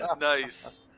Nice